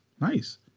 nice